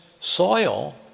soil